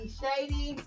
shady